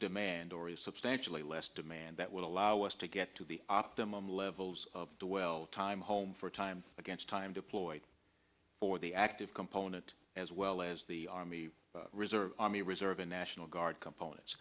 demand or is substantially less demand that would allow us to get to the optimum levels of the well time home for time against time deployed for the active component as well as the army reserve army reserve and national guard components